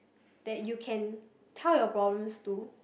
that you can tell your problems to